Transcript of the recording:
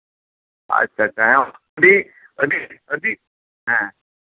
ᱟᱪᱪᱷᱟ ᱟᱪᱪᱷᱟ ᱟᱹᱰᱤ ᱟᱹᱰᱤ ᱦᱮᱸ